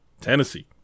Tennessee